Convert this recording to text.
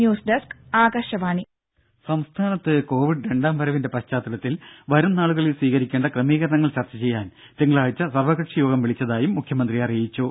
news desk Akashvani ദ്ദേ സംസ്ഥാനത്ത് Covid രണ്ടാം വരവിന്റെ പശ്ചാത്തലത്തിൽ വരുംനാളുകളിൽ സ്വീകരിക്കേണ്ട ക്രമീകരണങ്ങൾ ചർച്ച ചെയ്യാൻ തിങ്കളാഴ്ച സർവ്വകക്ഷി യോഗം വിളിച്ചതായി മുഖ്യമന്ത്രി അറിയിച്ചു